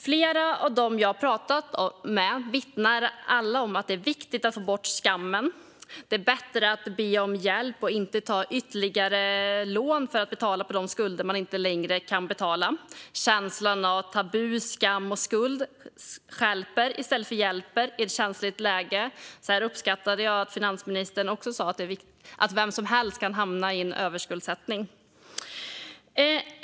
Flera av dem jag pratat med vittnar om att det är viktigt att få bort skammen. Det är bättre att be om hjälp och att inte ta ytterligare lån för att betala av på de skulder man inte längre kan betala. Känslan av tabu, skam och skuld stjälper i stället för hjälper i ett känsligt läge. Jag uppskattar därför att finansministern sa att vem som helst kan hamna i överskuldsättning.